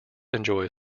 enjoy